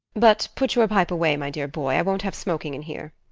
but put your pipe away, my dear boy i won't have smoking in here.